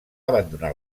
abandonar